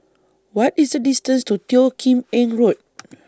What IS The distance to Teo Kim Eng Road